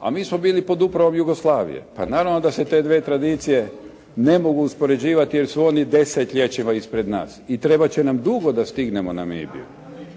A mi smo bili pod upravom Jugoslavije. Pa naravno da se te dvije tradicije ne mogu uspoređivati jer su oni desetljećima ispred nas i trebat će nam dugo da stignemo Namibiju.